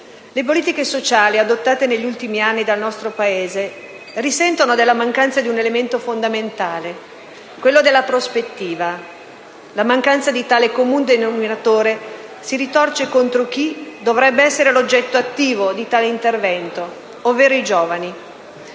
le politiche sociali adottate negli ultimi anni dal nostro Paese risentono della mancanza di un elemento fondamentale, quello della prospettiva. La mancanza di tale comun denominatore si ritorce contro chi dovrebbe essere l'oggetto attivo di tale intervento, ovvero i giovani.